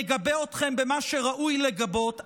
נגבה אתכם במה שראוי לגבות,